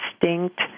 distinct